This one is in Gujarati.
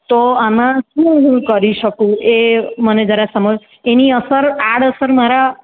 તો આમાં શું હું કરી શકું એ મને જરા સમજ તેની અસર આડઅસર મારા